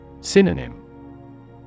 Synonym